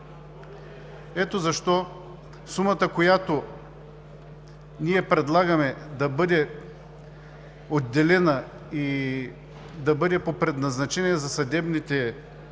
Ето защо сумата, която ние предлагаме да бъде отделена и да бъде по предназначение за съдебните